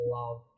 love